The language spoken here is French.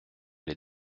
les